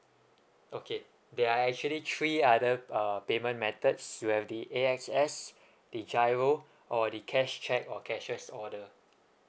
okay there are actually three other uh payment methods you have the A_X_S the GIRO or the cash cheque or cashier order